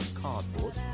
cardboard